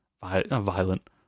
violent